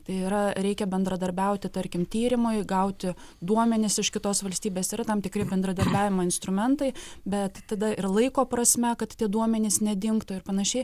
tai yra reikia bendradarbiauti tarkim tyrimui gauti duomenis iš kitos valstybės yra tam tikri bendradarbiavimo instrumentai bet tada ir laiko prasme kad tie duomenys nedingtų ir panašiai